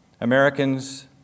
Americans